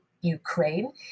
Ukraine